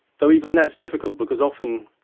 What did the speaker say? though even that's difficult, because often,